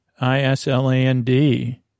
I-S-L-A-N-D